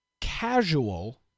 casual